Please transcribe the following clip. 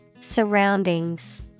Surroundings